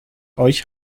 euch